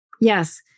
Yes